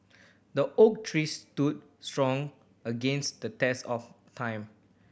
the oak tree stood strong against the test of time